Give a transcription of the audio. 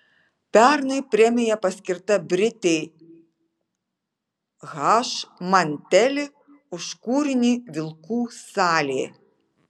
pernai premija paskirta britei h manteli už kūrinį vilkų salė